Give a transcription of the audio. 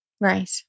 Right